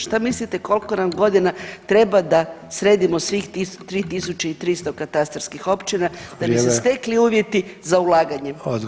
Šta mislite koliko nam godina treba da sredimo svih 3.300 katastarskih općina [[Upadica: Vrijeme.]] da bi se stekli uvjeti za ulaganje?